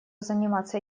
заниматься